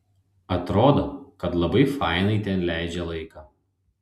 atrodo kad labai fainai ten leidžia laiką